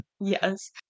yes